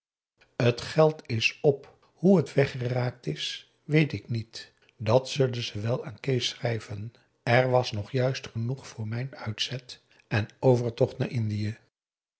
het geld is op hoe het weggeraakt is weet ik niet dat zullen ze wel aan kees schrijven er was nog juist genoeg voor mijn uitzet en overtocht naar indië